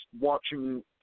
watching